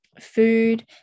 food